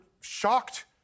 shocked